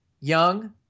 young